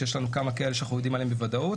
יש כמה כאלה שאנחנו יודעים עליהם בוודאות.